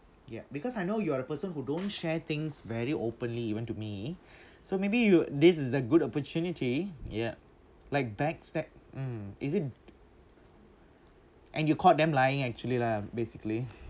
ya because I know you are a person who don't share things very openly even to me so maybe you'd this is a good opportunity yup like backstab mm is it and you caught them lying actually lah basically